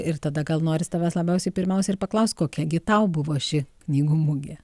ir tada gal noris tavęs labiausiai pirmiausia ir paklaust kokia gi tau buvo ši knygų mugė